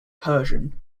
persian